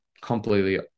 completely